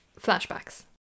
Flashbacks